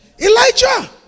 Elijah